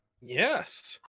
Yes